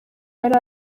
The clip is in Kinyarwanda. yari